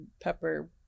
pepper